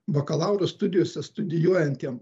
bakalauro studijose studijuojantiem